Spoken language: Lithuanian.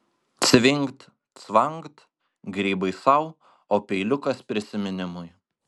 cvingt cvangt grybai sau o peiliukas prisiminimui